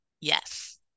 Yes